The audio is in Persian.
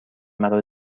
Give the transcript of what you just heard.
مرا